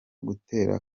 gutera